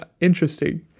interesting